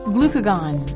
Glucagon